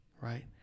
right